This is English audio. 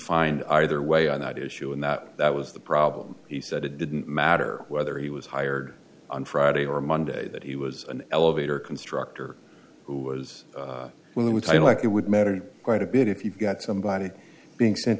find either way on that issue and that that was the problem he said it didn't matter whether he was hired on friday or monday that he was an elevator constructor who was well it would seem like it would matter quite a bit if you've got somebody being sent